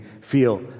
feel